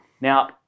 Now